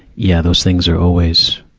yeah those things are always,